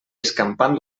escampant